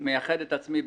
במה אני מייחד את עצמי?